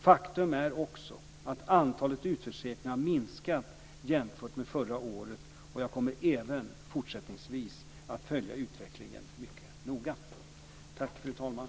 Faktum är också att antalet utförsäkringar har minskat jämfört med förra året och jag kommer även fortsättningsvis att följa utvecklingen mycket noga. Tack, fru talman.